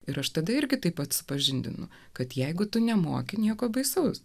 ir aš tada irgi taip pat supažindinu kad jeigu tu nemoki nieko baisaus